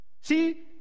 See